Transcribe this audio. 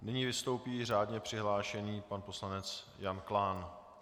Nyní vystoupí řádně přihlášený pan poslanec Jan Klán.